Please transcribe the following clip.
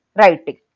writing